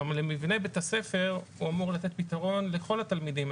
כלומר מבנה בית הספר אמור לתת פתרון לכל התלמידים.